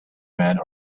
men